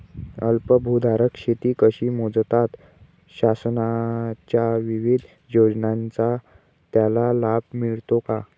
अल्पभूधारक शेती कशी मोजतात? शासनाच्या विविध योजनांचा त्याला लाभ मिळतो का?